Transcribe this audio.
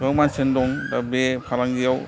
गोबां मानसियानो दं दा बे फालांगियाव